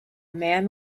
man